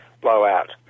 blowout